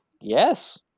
Yes